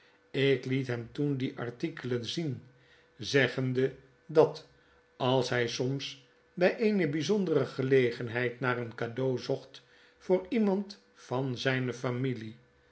ik liet hem toen die artikelen zien zeggende dat als hjj soms bg eene bijzondere gelegenheidnaar een cadeau zocht voor iemand van zflne familie